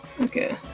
Okay